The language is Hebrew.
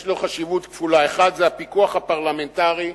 יש לו חשיבות כפולה, אחד זה הפיקוח הפרלמנטרי,